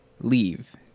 leave